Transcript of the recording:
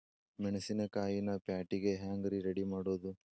ಮೆಣಸಿನಕಾಯಿನ ಪ್ಯಾಟಿಗೆ ಹ್ಯಾಂಗ್ ರೇ ರೆಡಿಮಾಡೋದು?